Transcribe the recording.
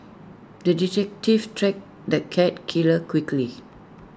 the detective tracked the cat killer quickly